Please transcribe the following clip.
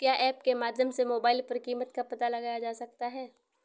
क्या ऐप के माध्यम से मोबाइल पर कीमत का पता लगाया जा सकता है?